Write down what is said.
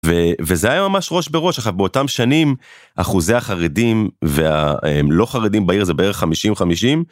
וזה היה ממש ראש בראש. עכשיו באותם שנים, אחוזי החרדים והלא חרדים בעיר זה בערך 50 50.